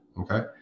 Okay